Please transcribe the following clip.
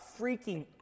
freaking